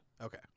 Okay